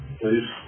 please